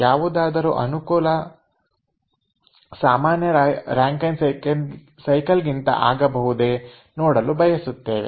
ಯಾವುದಾದರೂ ಅನುಕೂಲ ಸಾಮಾನ್ಯ ರಾಂಕೖೆನ್ ಸೈಕಲ್ ಗಿಂತ ಆಗಬಹುದೇ ನೋಡಲು ಬಯಸುತ್ತೇವೆ